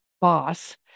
boss